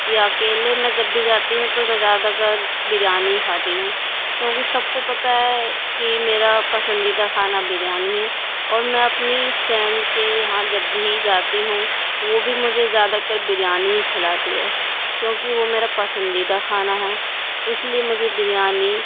یا اکیلے میں جب بھی جاتی ہوں تو میں زیادہ تر بریانی ہی کھاتی ہوں کیوں کہ سب کو پتہ ہے کہ میرا پسندیدہ کھانا بریانی ہی ہے اور میں اپنی فریںڈ کے یہاں جب بھی جاتی ہوں وہ بھی مجھے زیادہ تر بریانی ہی کھلاتی ہے کیوں کہ وہ میرا پسندیدہ کھانا ہے اس لیے مجھے بریانی